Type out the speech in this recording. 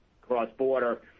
cross-border